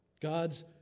God's